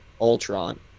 Ultron